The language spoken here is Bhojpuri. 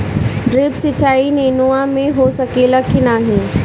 ड्रिप सिंचाई नेनुआ में हो सकेला की नाही?